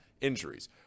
injuries